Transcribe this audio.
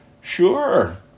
Sure